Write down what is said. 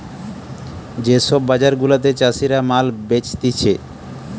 যে সব বাজার গুলাতে চাষীরা মাল বেচতিছে